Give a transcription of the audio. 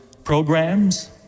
programs